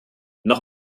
noch